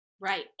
Right